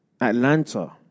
Atlanta